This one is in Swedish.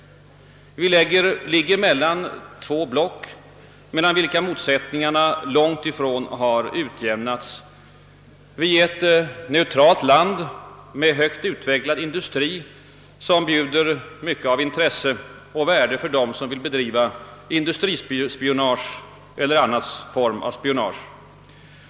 Vårt land ligger mellan två block, vilkas mot sättningar långtifrån utjämnats. Det är ett neutralt land med högt utvecklad industri som bjuder mycket av intresse och värde för dem som vill bedriva industrispionage eller annan form av spionage.